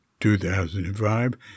2005